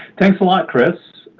thanks a lot, chris.